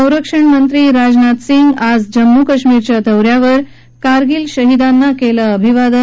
संरक्षण मंत्री राजनाथ सिंग आज जम्मू आणि काश्मिर दौ यावर कारगिल शहीदांना केलं अभिवादन